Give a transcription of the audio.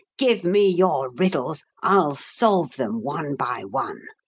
give me your riddles i'll solve them one by one.